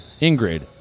Ingrid